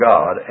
God